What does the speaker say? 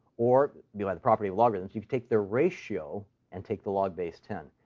or by the property of logarithms you could take the ratio and take the log base ten.